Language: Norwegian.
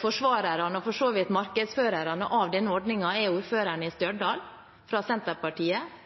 forsvarerne og for så vidt markedsførerne av denne ordningen er ordføreren i